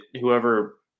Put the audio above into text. whoever